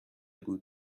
بود